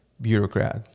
bureaucrat